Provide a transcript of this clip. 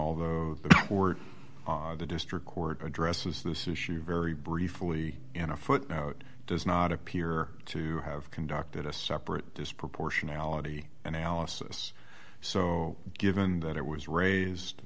although the district court addresses this issue very briefly in a footnote does not appear to have conducted a separate disproportionality analysis so given that it was raised